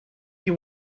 you